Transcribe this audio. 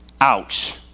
Ouch